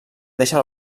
deixa